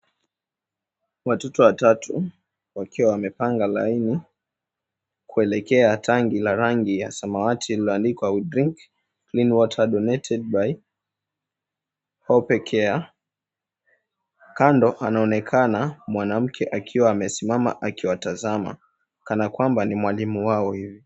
Watoto watatu wakiwa wamepanga laini kuelekea tangi la rangi ya samawati lililoandikwa, We drink clean water donated by Hope Care. Kando anaonekana mwanamke akiwa amesimama akiwatazama kana kwamba ni mwalimu wao hivi.